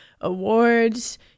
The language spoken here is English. awards